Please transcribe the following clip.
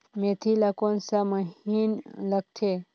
मेंथी ला कोन सा महीन लगथे?